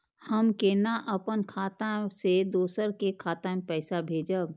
हम केना अपन खाता से दोसर के खाता में पैसा भेजब?